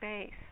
space